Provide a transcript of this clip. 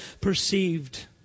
perceived